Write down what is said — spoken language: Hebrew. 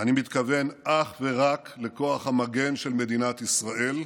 אני מתכוון אך ורק לכוח המגן של מדינת ישראל,